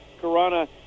Corona